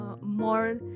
more